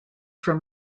from